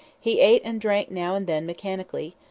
he ate and drank now and then mechanically,